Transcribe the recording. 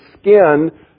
skin